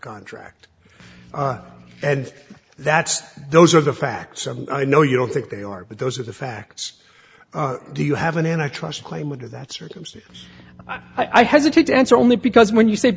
contract and that's those are the facts and i know you don't think they are but those are the facts do you have an antitrust claim under that circumstance i present it to answer only because when you say